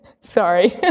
Sorry